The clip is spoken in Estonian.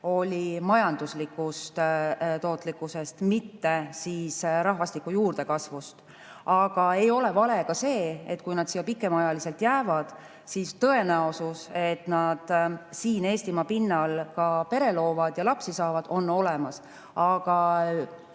oli majanduse tootlikkus, mitte rahvastiku juurdekasv. Aga ei ole vale, et kui nad siia pikemaks ajaks jäävad, siis tõenäosus, et nad siin Eestimaa pinnal ka pere loovad ja lapsi saavad, on olemas. See